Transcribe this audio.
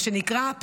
מה שנקרא,